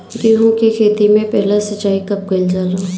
गेहू के खेती मे पहला सिंचाई कब कईल जाला?